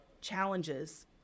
challenges